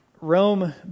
Rome